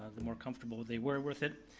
the more comfortable they were with it.